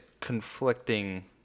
conflicting